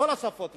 כל השפות למיניהן.